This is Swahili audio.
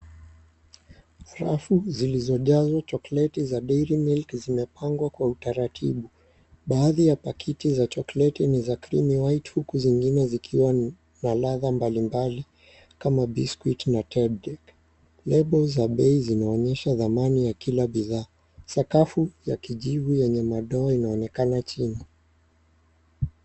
Rafu zilizojazwa chokleti za Dairy Milk zimepangwa kwa utaratibu. Baadhi ya pakiti za chokleti ni za Creamy White huku zingine zikiwa na ladha mbalimbali kama Biscuit na Teb Deck . Lebo za bei zinaonyesha dhamani ya kila bidhaa. Sakafu ya kijivu yenye madoa inaonekana chini.